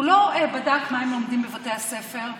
הוא לא בדק מה הם לומדים בבתי הספר,